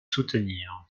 soutenir